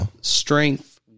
strength